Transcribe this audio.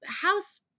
house